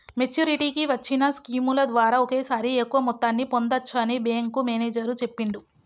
మెచ్చురిటీకి వచ్చిన స్కీముల ద్వారా ఒకేసారి ఎక్కువ మొత్తాన్ని పొందచ్చని బ్యేంకు మేనేజరు చెప్పిండు